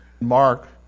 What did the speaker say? Mark